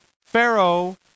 Pharaoh